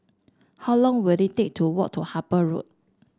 how long will it take to walk to Harper Road